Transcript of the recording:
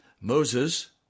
Moses